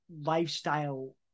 lifestyle